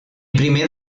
primer